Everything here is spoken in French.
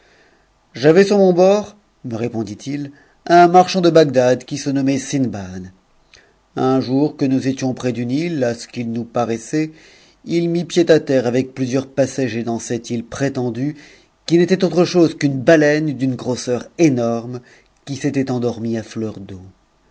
j'avais sur mon bord me répondit-il un marchand de bagdad a nommait sindbad un jour que nous étions près d'une île à ce qu'h paraissait il mit pied à terre avec plusieurs passagers dans cette ite prétendue qui n'était autre chose qu'une baleine d'une grosseur énorme qui s'était endormie à fleur d'eau